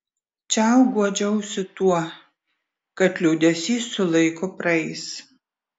čiau guodžiausi tuo kad liūdesys su laiku praeis